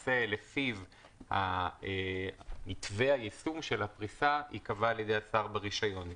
שלפיו מתווה היישום של הפריסה ייקבע על ידי השר ברישיון.